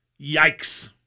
Yikes